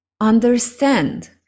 understand